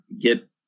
get